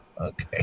okay